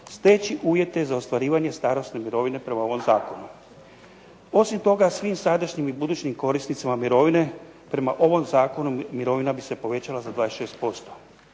steći uvjete za ostvarivanje starosne mirovine prema ovom zakonu. Osim toga svim sadašnjim i budućim korisnicima mirovine prema ovom zakonu mirovina bi se povećala za 26%.